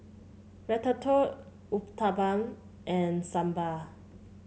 Ratatouille Uthapam and Sambar